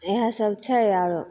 इहए सब छै आरो